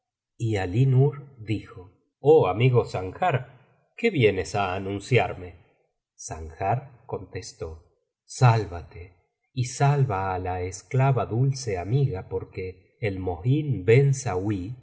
y alí nur dijo oh amigo sanjar qué vienes á anunciarme sanjar contestó sálvate y salva á la esclava dulce amiga porque el mohin bensauí os